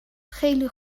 خیلی